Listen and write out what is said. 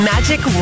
Magic